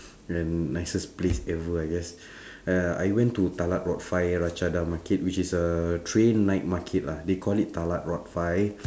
and nicest place ever I guess uh I went to talad-rot-fai-ratchada market which is a train night market lah they call it talad-rot-fai